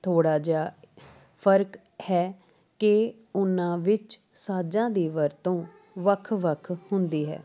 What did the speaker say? ਥੋੜ੍ਹਾ ਜਿਹਾ ਫਰਕ ਹੈ ਕਿ ਉਨ੍ਹਾਂ ਵਿੱਚ ਸਾਜਾਂ ਦੀ ਵਰਤੋਂ ਵੱਖ ਵੱਖ ਹੁੰਦੀ ਹੈ